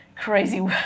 crazy